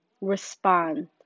respond